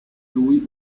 lui